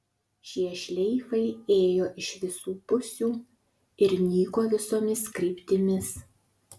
šie šleifai ėjo iš visų pusių ir nyko visomis kryptimis